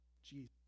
Jesus